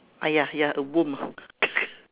a ya ya a worm ah